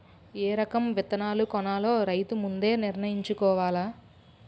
ఏ రకం విత్తనాలు కొనాలో రైతు ముందే నిర్ణయించుకోవాల